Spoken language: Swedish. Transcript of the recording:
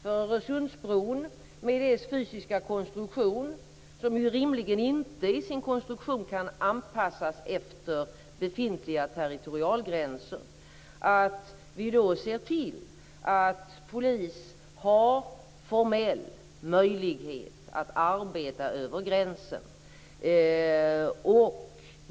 Öresundsbrons fysiska konstruktion gör ju att detta rimligen inte kan anpassas efter befintliga territorialgränser, och vi måste då se till att polisen har formell möjlighet att arbeta över gränsen.